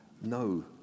No